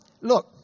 look